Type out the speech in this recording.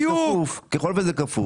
ככל וזה כפוף,